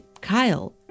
Kyle